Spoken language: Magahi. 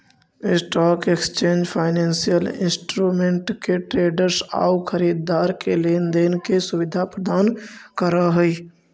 स्टॉक एक्सचेंज फाइनेंसियल इंस्ट्रूमेंट के ट्रेडर्स आउ खरीदार के लेन देन के सुविधा प्रदान करऽ हइ